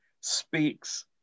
speaks